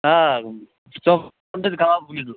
centre kebab